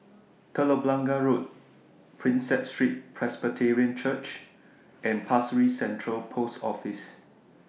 Telok Blangah Road Prinsep Street Presbyterian Church and Pasir Ris Central Post Office